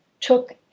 took